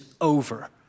over